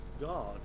God